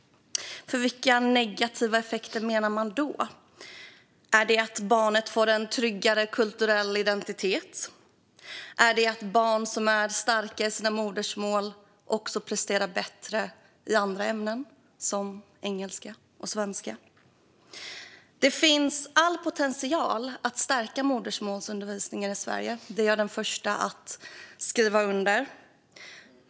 Vilka negativa effekter menar man då? Är det att barnen får en tryggare kulturell identitet? Är det att barn som är starka i sitt modersmål också presterar bättre i andra ämnen, som engelska och svenska? Det finns stor potential att stärka modersmålsundervisningen i Sverige; det är jag den första att skriva under på.